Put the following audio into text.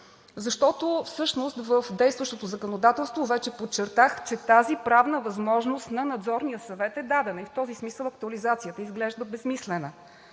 Защото всъщност в действащото законодателство, вече подчертах, че тази правна възможност на Надзорния съвет е дадена и в този смисъл актуализацията изглежда безсмислена.